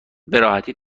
براحتی